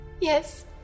Yes